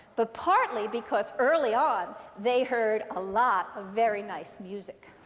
but partly because, early on, they heard a lot of very nice music.